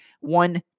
One